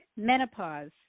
Menopause